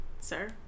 sir